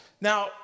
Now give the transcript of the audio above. Now